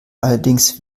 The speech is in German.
allerdings